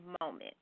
moment